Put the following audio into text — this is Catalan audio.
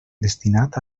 destinat